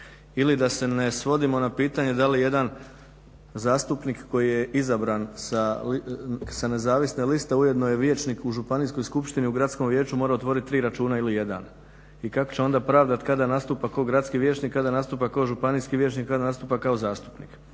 ili da se ne svodimo na pitanje da li jedan zastupnik koji je izabran sa nezavisne liste ujedno je vijećnik u županijskoj skupštini u gradskom vijeću mora otvoriti tri računa ili jedan. I kako će onda pravdati kada nastupa kao gradski vijećnik kada nastupa kao županijski vijećnik kada nastupa kao zastupnik.